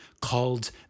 called